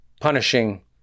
punishing